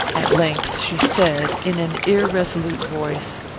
at length she said, in an irresolute voice,